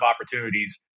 opportunities